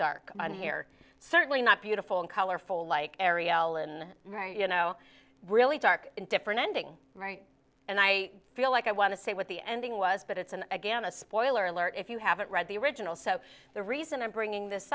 here certainly not beautiful and colorful like areola and right you know really dark and different ending right and i feel like i want to say what the ending was but it's an again a spoiler alert if you haven't read the original so the reason i'm bringing this